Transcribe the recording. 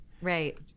Right